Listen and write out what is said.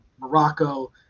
Morocco